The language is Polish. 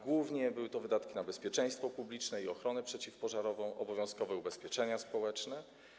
Głównie były to wydatki na bezpieczeństwo publiczne i ochronę przeciwpożarową, obowiązkowe ubezpieczenia społeczne.